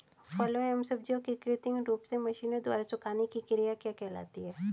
फलों एवं सब्जियों के कृत्रिम रूप से मशीनों द्वारा सुखाने की क्रिया क्या कहलाती है?